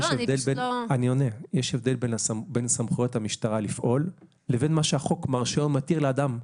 יש הבדל בין סמכויות המשטרה לפעול לבין מה שהחוק מרשה או מתיר לאדם.